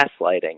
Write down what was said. gaslighting